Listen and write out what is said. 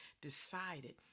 decided